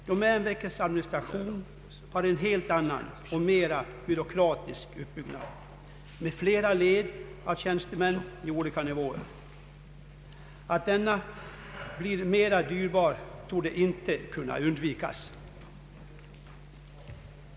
Domänverkets administration har en helt annan och mer byråkratisk uppbyggnad med flera led av tjänstemän på olika nivåer. Att en sådan administration blir dyrare torde inte kunna undvikas.